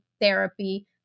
therapy